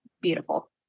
beautiful